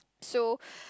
so